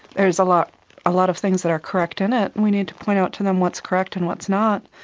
there's a lot a lot of things that are correct in it, and we need to point out to them what's correct and what's not.